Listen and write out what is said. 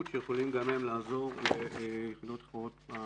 שיכולים גם הם לעזור ליחידות אחרות.